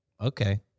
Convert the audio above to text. Okay